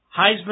Heisman